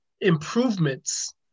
improvements